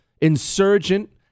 insurgent